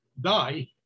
die